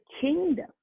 kingdom